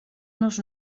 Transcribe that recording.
vos